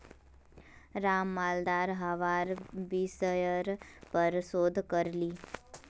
राम मालदार हवार विषयर् पर शोध करील